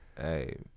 Hey